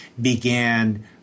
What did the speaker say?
began